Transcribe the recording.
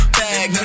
bag